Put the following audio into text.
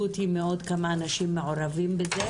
אותי מאוד כמה אנשים מעורבים בזה,